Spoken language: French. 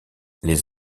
les